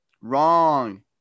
Wrong